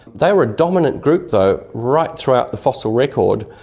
they were a dominant group though right through the fossil record,